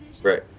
Right